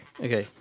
Okay